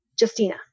Justina